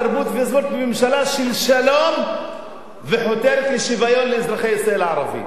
תרבות וספורט בממשלה של שלום שחותרת לשוויון לאזרחי ישראל הערבים.